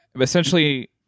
essentially